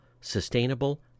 sustainable